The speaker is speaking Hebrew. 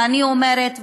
ואני אומרת,